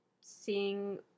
seeing